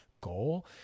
goal